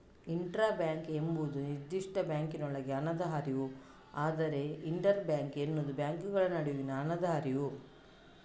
intra bank ಎಂಬುದು ನಿರ್ದಿಷ್ಟ ಬ್ಯಾಂಕಿನೊಳಗೆ ಹಣದ ಹರಿವು, ಆದರೆ ಇಂಟರ್ ಬ್ಯಾಂಕ್ ಎಂಬುದು ಬ್ಯಾಂಕುಗಳ ನಡುವಿನ ಹಣದ ಹರಿವು